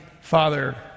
Father